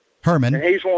Herman